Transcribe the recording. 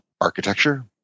architecture